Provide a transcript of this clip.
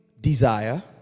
desire